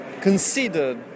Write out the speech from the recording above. considered